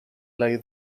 lay